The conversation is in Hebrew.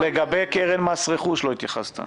לגבי קרן מס רכוש לא התייחסת.